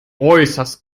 äußerst